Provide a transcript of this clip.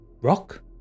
rock